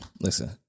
Listen